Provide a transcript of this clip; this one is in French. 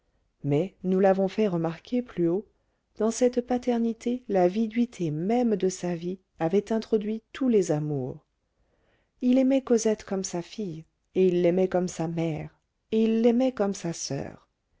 mais nous l'avons fait remarquer plus haut dans cette paternité la viduité même de sa vie avait introduit tous les amours il aimait cosette comme sa fille et il l'aimait comme sa mère et il l'aimait comme sa soeur